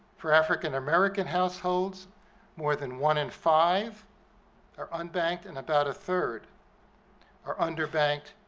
for african-american households more than one in five are unbanked, and about a third are underbanked.